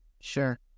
Sure